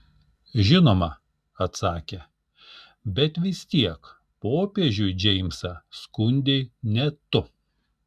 žinoma atsakė bet vis tiek popiežiui džeimsą skundei ne tu